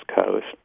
Coast